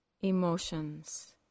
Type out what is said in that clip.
emotions